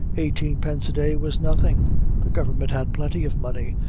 eighteen pence a day was nothing the government had plenty of money,